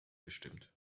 gestimmt